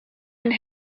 and